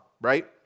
right